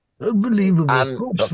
Unbelievable